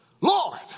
Lord